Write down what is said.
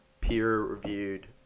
peer-reviewed